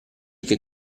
che